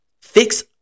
fix